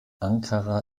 ankara